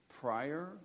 Prior